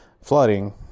flooding